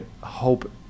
hope